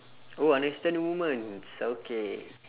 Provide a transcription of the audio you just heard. oh understand womens okay